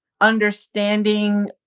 understanding